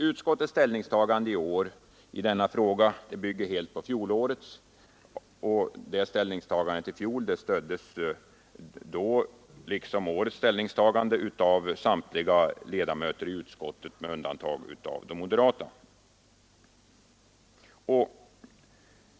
Utskottets ställningstagande i år i denna fråga bygger helt på fjolårets, som liksom årets betänkande stöddes av samtliga ledamöter i utskottet med undantag av de moderata.